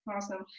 Awesome